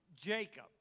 Jacob